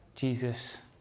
Jesus